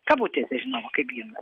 kabutėse žinoma kaip himnas